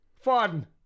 Fun